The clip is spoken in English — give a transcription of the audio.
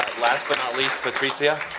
last but not least patrizia.